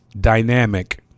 dynamic